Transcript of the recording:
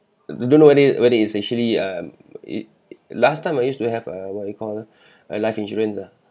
d~ don't know whether whether it's actually um it last time I used to have a what you call a life insurance ah